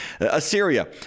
Assyria